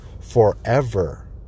forever